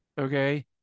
okay